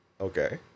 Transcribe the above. Okay